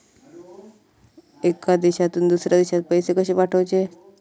एका देशातून दुसऱ्या देशात पैसे कशे पाठवचे?